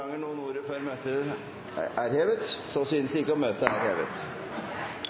noen ordet før møtet heves? – Så synes ikke, og møtet er hevet.